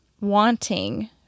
wanting